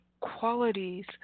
qualities